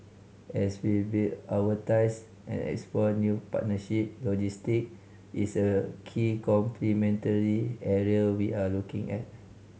as we build our ties and explore new partnership logistic is a key complementary area we are looking at